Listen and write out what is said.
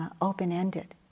open-ended